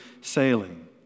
sailing